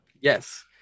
Yes